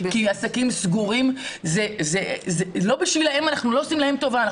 אנחנו לא עושים להם טובה,